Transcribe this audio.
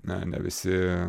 na ne visi